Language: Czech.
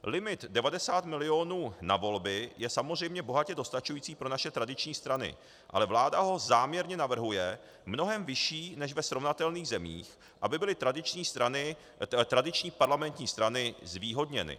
Limit 90 milionů na volby je samozřejmě bohatě dostačující pro naše tradiční strany, ale vláda ho záměrně navrhuje mnohem vyšší než ve srovnatelných zemích, aby byly tradiční parlamentní strany zvýhodněny.